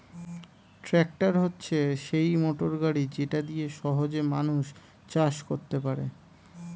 tractor হচ্ছে সেই motor গাড়ি যেটা দিয়ে সহজে মানুষ চাষ করতে পারে